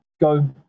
go